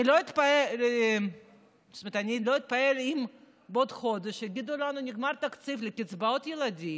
אני לא אתפלא אם בעוד חודש יגידו לנו: נגמר התקציב לקצבאות ילדים,